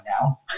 now